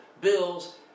bills